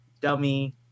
dummy